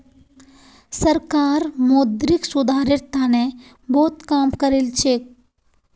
सरकार मौद्रिक सुधारेर तने बहुत काम करिलछेक